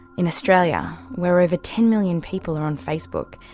in australia, where over ten million people are on facebook,